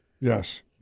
yes